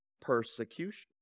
persecution